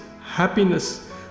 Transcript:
happiness